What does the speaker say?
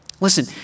Listen